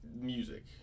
music